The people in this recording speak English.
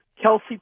Kelsey